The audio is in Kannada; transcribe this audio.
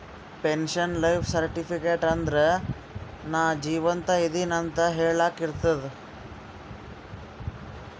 ಪೆನ್ಶನ್ ಲೈಫ್ ಸರ್ಟಿಫಿಕೇಟ್ ಅಂದುರ್ ನಾ ಜೀವಂತ ಇದ್ದಿನ್ ಅಂತ ಹೆಳಾಕ್ ಇರ್ತುದ್